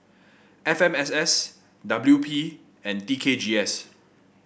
F M S S W P and T K G S